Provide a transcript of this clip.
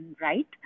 right